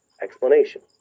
explanation